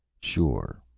sure.